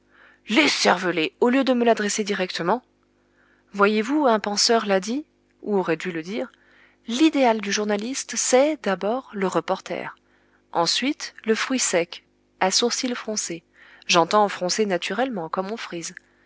l'écervelé au lieu de me l'adresser directement voyez-vous un penseur l'a dit ou aurait dû le dire l'idéal du journaliste c'est d'abord le reporter ensuite le fruit sec à sourcils froncés j'entends froncés naturellement comme on frise qui insulte d'une